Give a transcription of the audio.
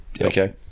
Okay